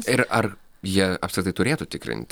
ir ar jie apskritai turėtų tikrint